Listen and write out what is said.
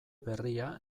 berria